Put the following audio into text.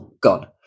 gone